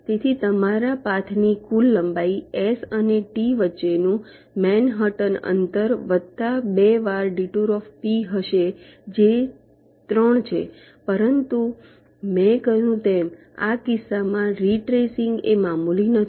તેથી તમારા પાથની કુલ લંબાઈ S અને T વચ્ચેનું મેનહટન અંતર વત્તા બે વાર d હશે જે 3 છે પરંતુ મેં કહ્યું તેમ આ કિસ્સામાં રીટ્રેસિંગ એ મામૂલી નથી